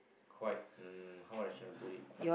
quite um how I shall put it